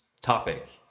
topic